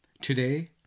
today